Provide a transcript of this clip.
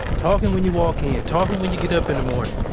talking when you walk in yeah talking when you get up in the morning.